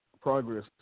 progress